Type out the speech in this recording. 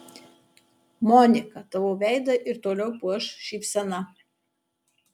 monika tavo veidą ir toliau puoš šypsena